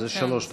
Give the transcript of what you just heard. זה שלוש דקות,